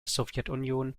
sowjetunion